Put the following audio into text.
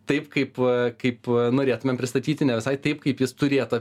taip kaip kaip norėtumėm pristatyti ne visai taip kaip jis turėtų